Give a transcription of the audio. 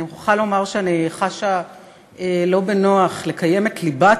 אני מוכרחה לומר שאני חשה לא בנוח לקיים את ליבת